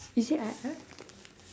is it I !huh!